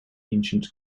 ancient